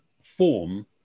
form